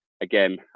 Again